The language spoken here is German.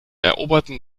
eroberten